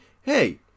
hey